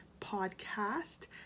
podcast